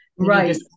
right